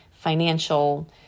financial